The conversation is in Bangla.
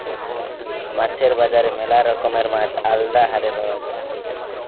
মাছের বাজারে ম্যালা রকমের মাছ আলদা হারে পাওয়া যায়